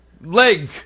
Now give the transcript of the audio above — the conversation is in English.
leg